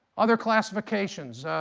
other classifications.